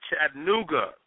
Chattanooga